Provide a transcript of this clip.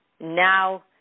Now